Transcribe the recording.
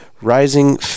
Rising